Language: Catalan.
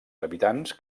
habitants